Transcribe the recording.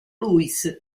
louis